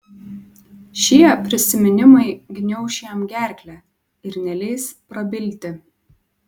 šie prisiminimai gniauš jam gerklę ir neleis prabilti